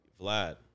Vlad